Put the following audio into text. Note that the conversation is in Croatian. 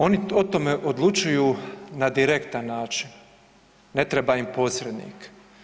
Oni o tome odlučuju na direktan način, ne treba im posrednik.